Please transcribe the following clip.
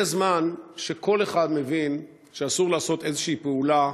זה זמן שכל אחד מבין שאסור לעשות בו איזושהי פעולה